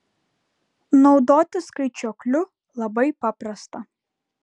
naudotis skaičiuokliu labai paprasta